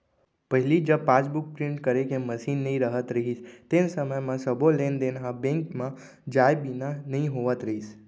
पहिली जब passbook print करे के मसीन नइ रहत रहिस तेन समय म सबो लेन देन ह बेंक म जाए बिना नइ होवत रहिस